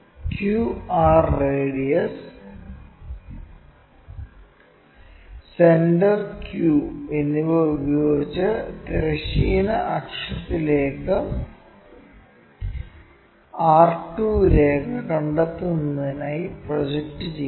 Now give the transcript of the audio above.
q r radius centre q എന്നിവ ഉപയോഗിച്ച് തിരശ്ചീന അക്ഷത്തിലേക്ക് r 2 രേഖ കണ്ടെത്തുന്നതിനായി പ്രോജക്ട് ചെയ്യുന്നു